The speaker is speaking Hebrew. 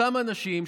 אותם אנשים,